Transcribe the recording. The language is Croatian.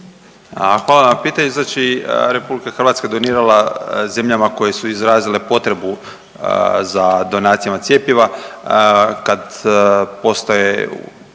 Hvala na pitanju. Znači Republika Hrvatska je donirala zemljama koje su izrazile potrebu za donacijama cjepiva kad postaje